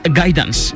guidance